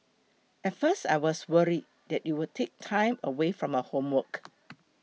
at first I was worried that it would take time away from her homework